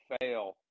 fail